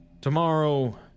Tomorrow